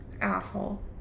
Asshole